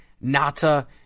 Nata